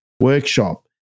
workshop